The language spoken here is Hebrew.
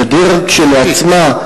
הגדר כשלעצמה,